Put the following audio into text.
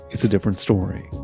it's a different story.